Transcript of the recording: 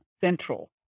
central